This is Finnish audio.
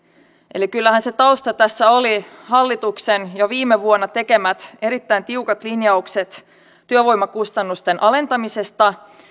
eli kyllähän se tausta tässä oli hallituksen jo viime vuonna tekemät erittäin tiukat linjaukset työvoimakustannusten alentamisesta